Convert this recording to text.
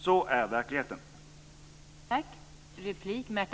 Så ser verkligheten ut.